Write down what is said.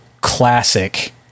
classic